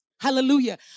Hallelujah